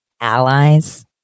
Allies